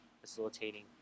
facilitating